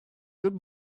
good